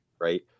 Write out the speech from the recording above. right